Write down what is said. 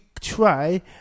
try